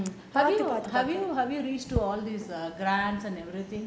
have you have you have you read through all these grants and everything